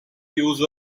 use